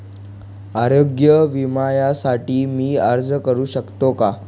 आरोग्य विम्यासाठी मी अर्ज करु शकतो का?